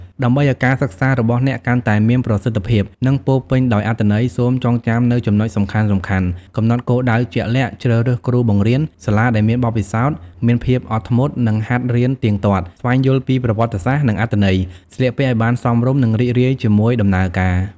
ដើម្បីឱ្យការសិក្សារបស់អ្នកកាន់តែមានប្រសិទ្ធភាព និងពោរពេញដោយអត្ថន័យ សូមចងចាំនូវចំណុចសំខាន់ៗ កំណត់គោលដៅជាក់លាក់ ជ្រើសរើសគ្រូបង្រៀន សាលាដែលមានបទពិសោធន៍ មានភាពអត់ធ្មត់ និងហាត់រៀនទៀងទាត់ ស្វែងយល់ពីប្រវត្តិសាស្ត្រ និងអត្ថន័យ ស្លៀកពាក់ឱ្យបានសមរម្យ និងរីករាយជាមួយដំណើរការ។